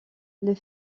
les